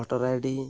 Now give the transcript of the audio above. voter ID